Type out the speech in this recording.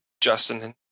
Justin